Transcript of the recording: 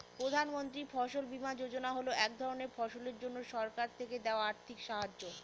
প্রধান মন্ত্রী ফসল বীমা যোজনা হল এক ধরনের ফসলের জন্যে সরকার থেকে দেওয়া আর্থিক সাহায্য